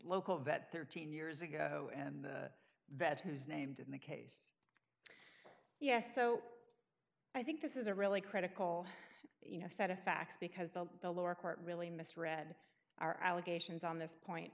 local vet thirteen years ago and the vet who's named in the case yes so i think this is a really critical you know set of facts because the the lower court really misread our allegations on this point